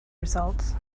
results